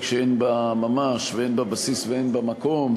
שאין בה ממש ואין בה בסיס ואין בה מקום,